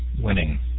winning